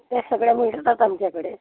हे सगळं मिळतात आमच्याकडे